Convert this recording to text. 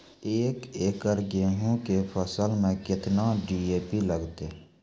एक एकरऽ गेहूँ के फसल मे केतना डी.ए.पी लगतै?